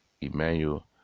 Emmanuel